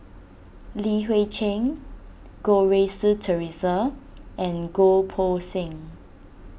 Li Hui Cheng Goh Rui Si theresa and Goh Poh Seng